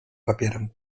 papierem